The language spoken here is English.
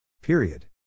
Period